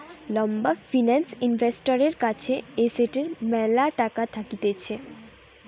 লম্বা ফিন্যান্স ইনভেস্টরের কাছে এসেটের ম্যালা টাকা থাকতিছে